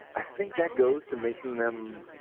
i think that goes to making them